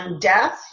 death